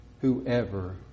Whoever